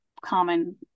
common